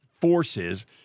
forces